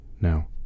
now